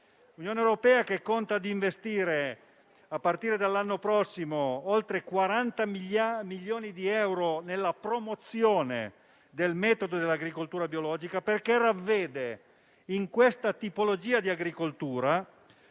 L'Unione europea conta di investire a partire dall'anno prossimo oltre 40 milioni di euro nella promozione del metodo dell'agricoltura biologica, perché ravvede in questa tipologia di agricoltura